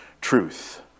truth